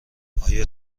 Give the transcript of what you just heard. آیا